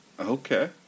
Okay